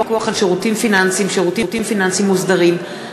על שירותים פיננסיים (שירותים פיננסיים מוסדרים),